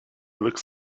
looks